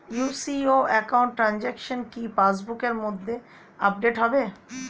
UCO account transaction কি pass বুকের মধ্যে আপডেট হবে?